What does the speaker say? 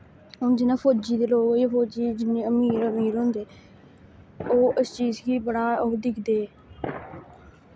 हुन जि'यां फौजी दे लोक एह् फौजी जिन्ने अमीर अमीर होंदे ओह् इस चीज गी बड़ा ओ दिक्खदे